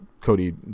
Cody